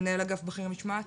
מנהל אגף בכיר משמעת.